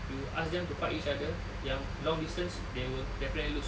you ask them to fight each other yang long distance they will definitely lose